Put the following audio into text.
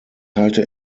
halte